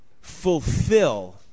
fulfill